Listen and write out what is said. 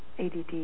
ADD